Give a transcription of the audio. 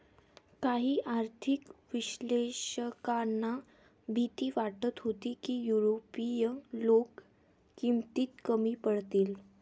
काही आर्थिक विश्लेषकांना भीती वाटत होती की युरोपीय लोक किमतीत कमी पडतील